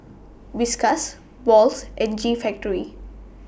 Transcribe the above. Whiskas Wall's and G Factory